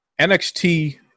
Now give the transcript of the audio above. NXT